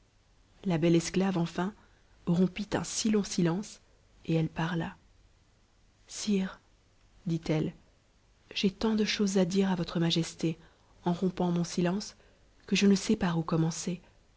la belle esclave enfin rompit un si long silence et elle paria si dit-elle j'ai tant de choses à dire à votre majesté en rompant o silence que je ne sais par où commencer